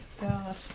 God